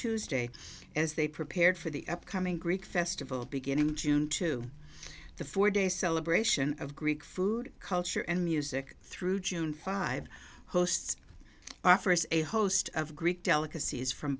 tuesday as they prepared for the upcoming greek festival beginning in june to the four day celebration of greek food culture and music through june five hosts offers a host of greek delicacies from